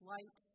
Light